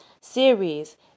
series